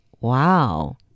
Wow